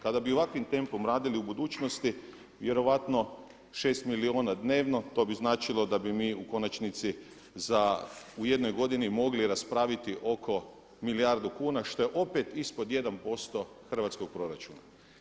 Kada bi ovakvim tempom radili u budućnosti, vjerojatno šest milijuna dnevno to bi značilo da bi mi u konačnici u jednoj godini mogli raspraviti oko milijardu kuna što je opet ispod 1% hrvatskog proračuna.